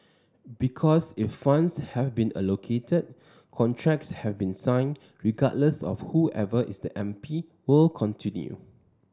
because if funds have been allocated contracts have been signed regardless of whoever is the M P will continue